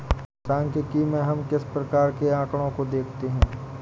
सांख्यिकी में हम किस प्रकार के आकड़ों को देखते हैं?